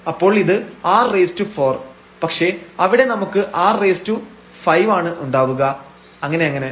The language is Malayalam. അപ്പോൾ ഇത് r4 പക്ഷേ അവിടെ നമുക്ക് r5 ആണ് ഉണ്ടാവുക അങ്ങനെയങ്ങനെ